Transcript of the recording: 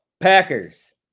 Packers